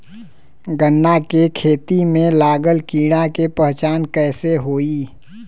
गन्ना के खेती में लागल कीड़ा के पहचान कैसे होयी?